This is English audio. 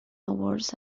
awards